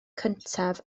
cyntaf